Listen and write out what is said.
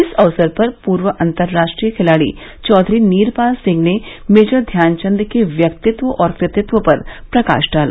इस अवसर पर पूर्व अन्तर्राष्ट्रीय खिलाड़ी चौधरी नीरपाल सिंह ने मेजर ध्यानचन्द्र के व्यक्तित्व और कृतित्व पर प्रकाश डाला